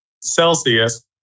Celsius